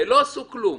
לא עשו כלום